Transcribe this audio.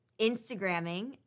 Instagramming